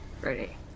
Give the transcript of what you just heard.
Ready